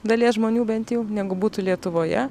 dalies žmonių bent jau negu būtų lietuvoje